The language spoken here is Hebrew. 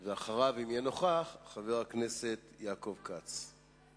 אחריו, אם יהיה נוכח, חבר הכנסת יעקב כץ.